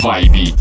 Vibe